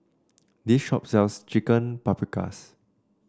this shop sells Chicken Paprikas